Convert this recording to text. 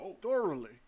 Thoroughly